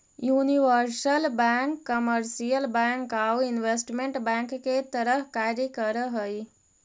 universal bank commercial bank आउ investment bank के तरह कार्य कर हइ